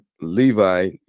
Levi